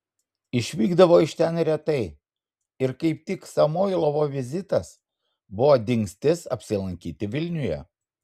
išvykdavo iš ten retai ir kaip tik samoilovo vizitas buvo dingstis apsilankyti vilniuje